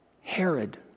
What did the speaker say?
Herod